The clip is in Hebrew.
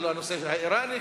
לנושא האירני,